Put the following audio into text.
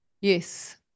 Yes